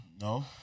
No